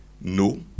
no